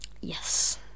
Yes